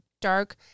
dark